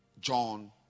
John